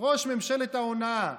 ראש ממשלת ההונאה.